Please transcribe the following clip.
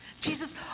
Jesus